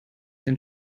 den